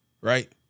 right